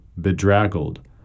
bedraggled